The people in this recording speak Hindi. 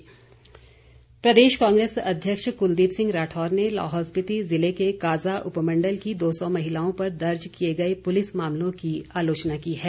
कुलदीप राठौर प्रदेश कांग्रेस अध्यक्ष कुलदीप सिंह राठौर ने लाहौल स्पीति जिले के काज़ा उपमंडल की दो सौ महिलाओं पर दर्ज किए गये पुलिस मामलों की आलोचना की है